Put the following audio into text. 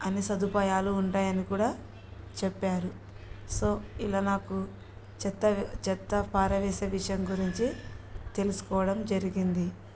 అన్ని సదుపాయాలు ఉంటాయని కూడా చెప్పారు సో ఇలా నాకు చెత్త చెత్త పారవేసే విషయం గురించి తెలుసుకోవడం జరిగింది